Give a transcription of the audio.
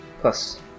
Plus